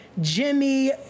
Jimmy